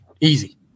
Easy